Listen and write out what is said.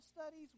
studies